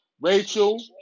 Rachel